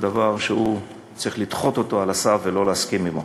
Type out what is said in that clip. דבר שצריך לדחות אותו על הסף ולא להסכים לו.